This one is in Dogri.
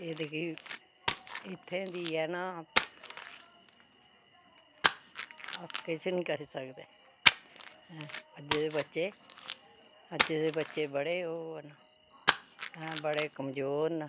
होर एह् जेह्की इत्थें दी ऐ ना अस किश निं करी सकदे अज्जै दे बच्चे अज्जै दे बच्चै बड़े ओह् न ऐं बड़े कमजोर न ते